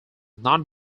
not